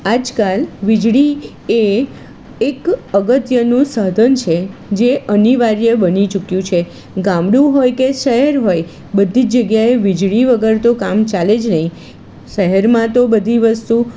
આજ કાલ વીજળી એ એક અગત્યનું સાધન છે જે અનિવાર્ય બની ચૂક્યું છે ગામડું હોય કે શહેર હોય બધી જગ્યાએ વીજળી વગર તો કામ ચાલે જ નહીં શહેરમાં તો બધી વસ્તુ